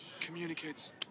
communicates